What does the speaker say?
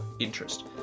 interest